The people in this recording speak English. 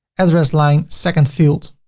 address line second field,